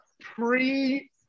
pre